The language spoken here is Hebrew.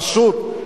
פשוט,